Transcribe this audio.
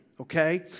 Okay